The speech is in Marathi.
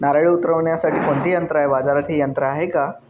नारळे उतरविण्यासाठी कोणते यंत्र आहे? बाजारात हे यंत्र आहे का?